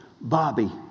Bobby